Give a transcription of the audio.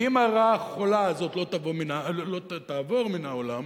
כי אם הרעה החולה הזאת לא תעבור מן העולם